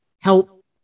help